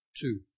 two